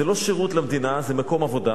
זה לא שירות למדינה, זה מקום עבודה,